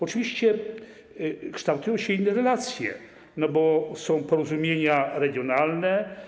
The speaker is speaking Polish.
Oczywiście kształtują się inne relacje, bo są porozumienia regionalne.